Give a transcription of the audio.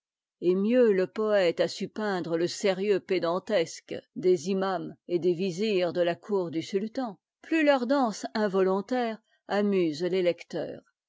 et mieux le poète a su peindre le sérieux pédantesque des imans et des vizirs de la cour du sultan plus tour danse involontaire amuse les lecteurs